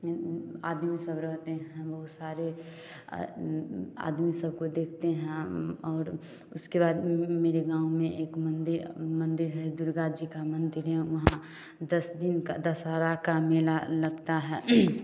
आदमी सब रहते हैं बहुत सारे आदमी सबको देखते हैं और उसके बाद मेरे गाँव में एक मंदिर है दुर्गा जी का मंदिर हम वहाँ दस दिन का दशहरा का मेला लगता है